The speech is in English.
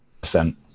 percent